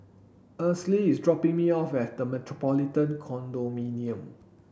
Esley is dropping me off at The Metropolitan Condominium